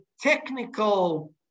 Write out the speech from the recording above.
technical